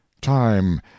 time